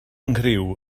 nghriw